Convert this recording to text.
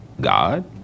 God